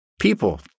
people